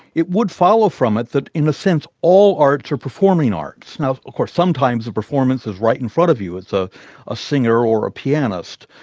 it would follow from it that in the sense all arts are performing arts. now of course sometimes a performance is right in front of you, it's ah a singer or a pianist.